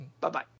Bye-bye